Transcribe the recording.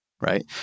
right